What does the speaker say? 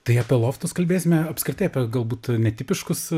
tai apie loftus kalbėsime apskritai apie galbūt netipiškus